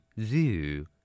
Zoo